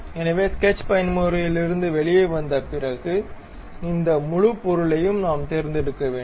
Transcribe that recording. எனவே ஸ்கெட்ச் பயன்முறையிலிருந்து வெளியே வந்த பிறகு இந்த முழு பொருளையும் நாம் தேர்ந்தெடுக்க வேண்டும்